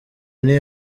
nti